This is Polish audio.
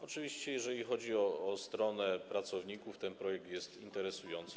Oczywiście, jeżeli chodzi o stronę pracowników, ten projekt jest interesujący.